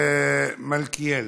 מיכאל מלכיאלי,